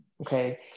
Okay